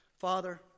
Father